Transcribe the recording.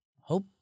Hope